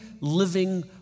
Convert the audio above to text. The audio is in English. living